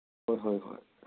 ꯍꯣꯏ ꯍꯣꯏ ꯍꯣꯏ